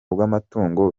bw’amatungo